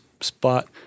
spot